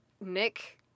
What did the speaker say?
Nick